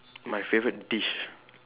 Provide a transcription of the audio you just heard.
my favorite dish